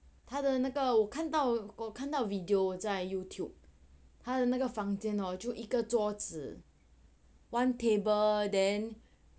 那个我看到我看到 video 我在 youtube 他的那个房间 hor 就一个桌 one table then